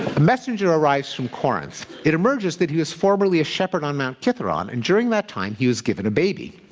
a messenger arrives from corinth. it emerges that he was formerly a shepherd on mount kithaeron, and during that time he was given a baby.